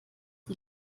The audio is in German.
die